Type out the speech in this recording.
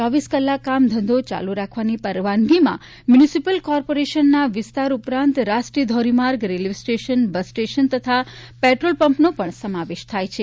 ચોવીસ કલાક કામધંધો ચાલુ રાખવાની પરવાનગીમાં મ્યુનિસિપલ કોર્પોરેશનના વિસ્તાર ઉપરાંત રાષ્ટ્રીય ધોરીમાર્ગ રેલ્વે સ્ટેશન બસ સ્ટેશન તથા પેટ્રોલપંપનો પણ સમાવેશ થાય છે